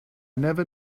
never